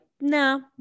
No